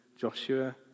Joshua